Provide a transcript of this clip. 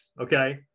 okay